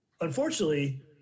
unfortunately